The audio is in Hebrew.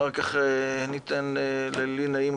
אחר כך לי נעים,